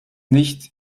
nicht